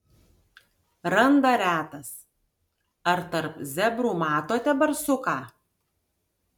randa retas ar tarp zebrų matote barsuką